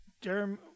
Jeremy